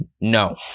No